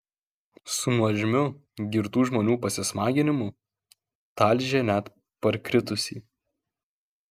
su nuožmiu girtų žmonių pasismaginimu talžė net parkritusį